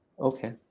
Okay